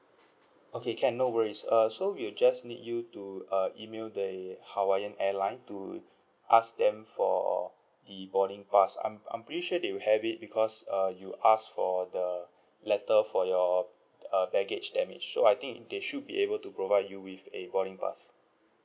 okay can no worries err so we'll just need you to uh email the hawaiian airline to ask them for the boarding pass I'm I'm pretty sure they will have it because err you asked for the letter for your err baggage damage so I think they should be able to provide you with a boarding pass